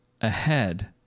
ahead